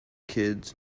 kids